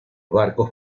barcos